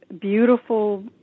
beautiful